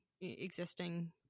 existing